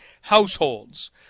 households